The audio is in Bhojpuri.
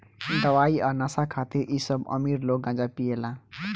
दवाई आ नशा खातिर इ सब अमीर लोग गांजा पियेला